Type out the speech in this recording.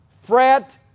Fret